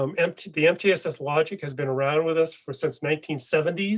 um mtss, the mtss logic has been around with us for since nineteen seventy s.